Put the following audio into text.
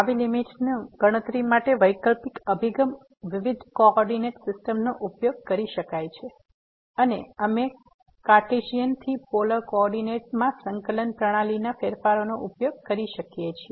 આવી લીમીટની ગણતરી માટે વૈકલ્પિક અભિગમ વિવિધ કોઓર્ડિનેટ સિસ્ટમનો ઉપયોગ કરી શકાય છે અને અમે કાર્ટેસીયન થી પોલર કોઓર્ડિનેટ્સ માં સંકલન પ્રણાલીના ફેરફારનો ઉપયોગ કરી શકીએ છીએ